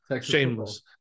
Shameless